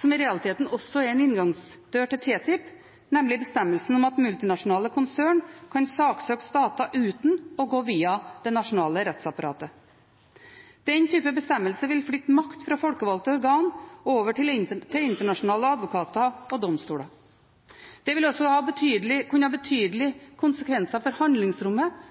som i realiteten også er en inngangsdør til TTIP, nemlig bestemmelsen om at multinasjonale konsern kan saksøke stater uten å gå via det nasjonale rettsapparatet. Den typen bestemmelser vil flytte makt fra folkevalgte organer over til internasjonale advokater og domstoler. Det vil også kunne ha betydelige konsekvenser for handlingsrommet